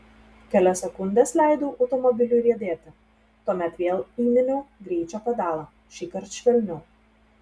kelias sekundes leidau automobiliui riedėti tuomet vėl įminiau greičio pedalą šįkart švelniau